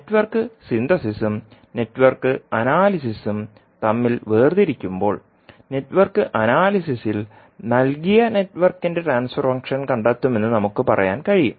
network സിന്തസിസും network അനാലിസിസും തമ്മിൽ വേർതിരിക്കുമ്പോൾ നെറ്റ്വർക്ക് അനാലിസിസിൽ നൽകിയ നെറ്റ്വർക്കിന്റെ ട്രാൻസ്ഫർ ഫംഗ്ഷൻ കണ്ടെത്തുമെന്ന് നമുക്ക് പറയാൻ കഴിയും